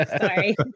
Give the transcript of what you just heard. Sorry